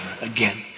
Again